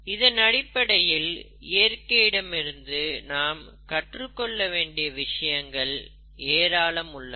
இதனடிப்படையில் இயற்கையிடமிருந்து நாம் கற்றுக் கொள்ள வேண்டிய விஷயங்கள் ஏராளம் உள்ளன